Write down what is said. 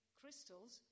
crystals